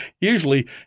usually